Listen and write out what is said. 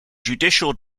judicial